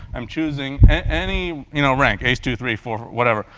i'm choosing any you know rank ace, two, three, four, whatever.